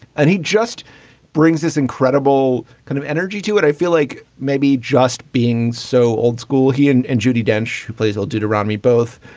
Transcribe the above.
and he just brings this incredible kind of energy to it. i feel like maybe just being so old school, he and and judi dench, who plays well, did around me both.